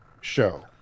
show